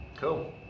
Cool